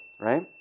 right